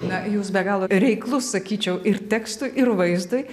na jūs be galo reiklus sakyčiau ir tekstui ir vaizdui